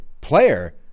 player